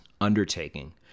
undertaking